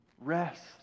Rest